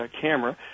camera